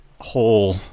whole